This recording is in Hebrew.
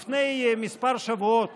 לפני מספר שבועות